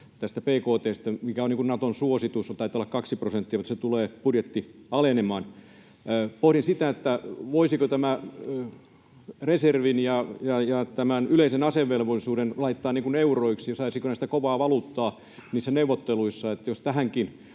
bkt:stä — Naton suositus taitaa olla 2 prosenttia — mutta se tulee alenemaan. Pohdin sitä, voisiko tämän reservin ja yleisen asevelvollisuuden laittaa euroiksi: saisiko näistä kovaa valuuttaa niissä neuvotteluissa, jos tähänkin